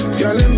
girl